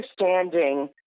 understanding